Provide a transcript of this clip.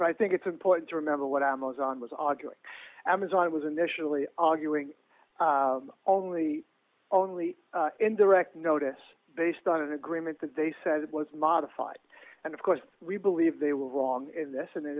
but i think it's important to remember what amazon was arguing amazon was initially arguing only only indirect notice based on an agreement that they said it was modified and of course we believe they were wrong in this and